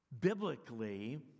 biblically